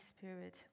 Spirit